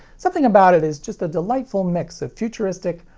something about it is just a delightful mix of futuristic,